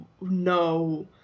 No